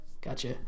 gotcha